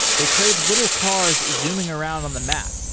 they crave little cars zooming around on the map.